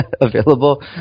available